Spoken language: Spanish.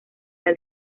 del